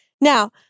Now